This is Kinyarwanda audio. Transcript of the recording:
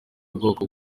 bwoko